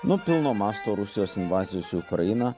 nuo pilno masto rusijos invazijos į ukrainą